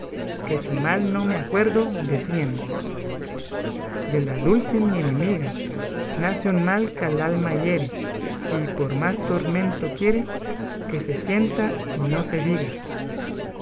que si mal no me acuerdo decían de la dulce mi enemiga nace un mal que al alma hiere y por más tormento quiere que se sienta y no se diga